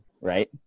right